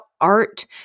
art